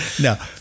No